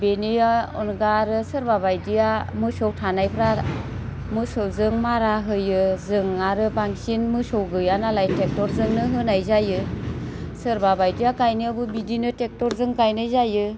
बेनिया अनगा आरो सोरबा बायदिया मोसौ थानायफ्रा मोसौजों मारा होयो जों आरो बांसिन मोसौ गैयानालाय टेक्ट'रजोंनो होनाय जायो सोरबा बायदिया गायनायावबो बिदिनो टेक्ट'रजों गायनाय जायो